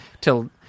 till